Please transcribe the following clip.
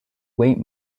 wait